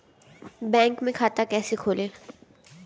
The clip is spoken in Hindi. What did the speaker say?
बैंक में खाता कैसे खोलें?